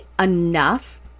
enough